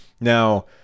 Now